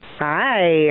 Hi